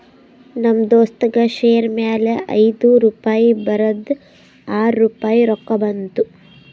ನಮ್ ದೋಸ್ತಗ್ ಶೇರ್ ಮ್ಯಾಲ ಐಯ್ದು ರುಪಾಯಿ ಬರದ್ ಆರ್ ರುಪಾಯಿ ರೊಕ್ಕಾ ಬಂತು